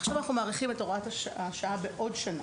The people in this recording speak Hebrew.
ועכשיו אנחנו מאריכים את הוראת השעה בעוד שנה.